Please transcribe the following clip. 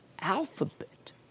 Alphabet